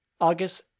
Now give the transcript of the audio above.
August